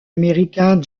américain